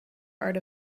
art